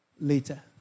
Later